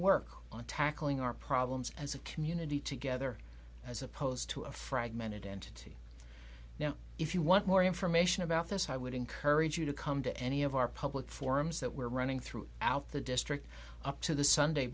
work on tackling our problems as a community together as opposed to a fragmented entity now if you want more information about this i would encourage you to come to any of our public forums that we're running through out the district up to the sunday